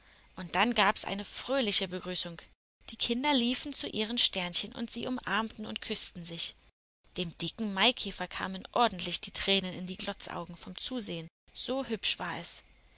und dann gab's eine fröhliche begrüßung die kinder liefen zu ihren sternchen und sie umarmten und küßten sich dem dicken maikäfer kamen ordentlich die tränen in die glotzaugen vom zusehen so hübsch war es